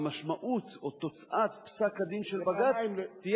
המשמעות או תוצאת פסק-הדין של בג"ץ תהיה